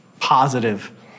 positive